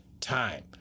time